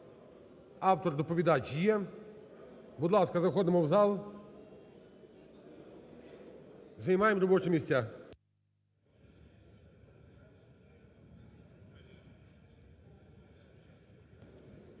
Автор, доповідач є. Будь ласка, заходимо в зал, займаємо робочі місця.